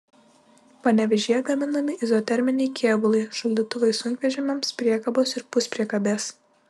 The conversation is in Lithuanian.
panevėžyje gaminami izoterminiai kėbulai šaldytuvai sunkvežimiams priekabos ir puspriekabės